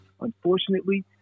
unfortunately